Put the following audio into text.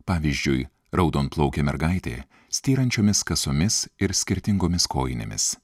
pavyzdžiui raudonplaukė mergaitė styrančiomis kasomis ir skirtingomis kojinėmis